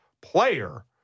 player